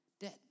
dead